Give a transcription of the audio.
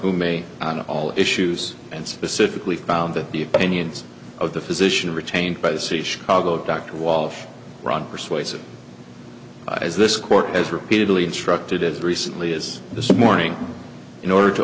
who may on all issues and specifically found that the opinions of the physician retained by the c chicago dr walsh run persuasive as this court has repeatedly instructed as recently as this morning in order to